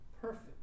perfect